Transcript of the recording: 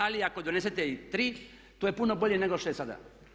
Ali ako donesete i tri, to je puno bolje nego što je sada.